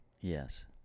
Yes